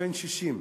בן 60,